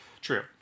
True